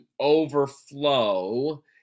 overflow